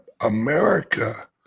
America